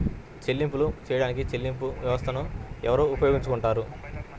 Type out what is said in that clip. చెల్లింపులు చేయడానికి చెల్లింపు వ్యవస్థలను ఎవరు ఉపయోగించుకొంటారు?